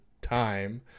time